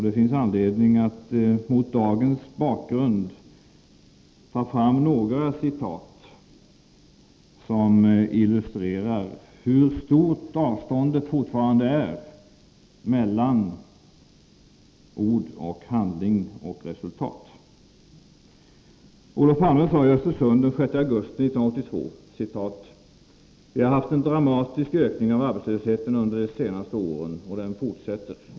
Det finns mot bakgrund av dagens situation anledning att ta fram några citat, som illustrerar hur stort avståndet fortfarande är mellan ord, handling och resultat. Olof Palme sade i Östersund den 6 augusti 1982: ”Vi har haft en dramatisk ökning av arbetslösheten under de senaste åren. Och den fortsätter.